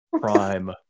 prime